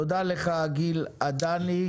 תודה לך גיל עדני.